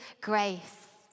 grace